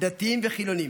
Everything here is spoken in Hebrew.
דתיים וחילונים.